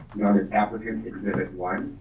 as applicant exhibit one,